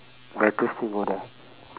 better still go there